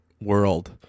world